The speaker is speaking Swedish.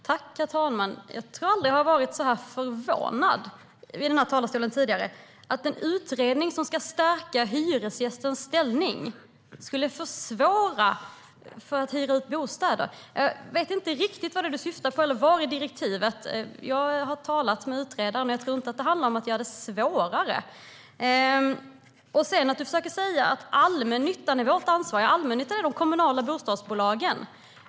Herr talman! Jag tror aldrig att jag har varit så förvånad i talarstolen tidigare. En utredning som ska stärka hyresgästens ställning skulle försvåra att hyra ut bostäder. Jag vet inte riktigt vad det är du syftar på, Mats Green, eller var i direktivet det står. Jag har talat med utredaren. Jag tror inte att det handlar om att göra det svårare. Du försöker säga att allmännyttan är vårt ansvar. Allmännyttan är de kommunala bostadsbolagen.